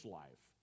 life